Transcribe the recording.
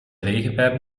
regenpijp